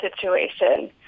situation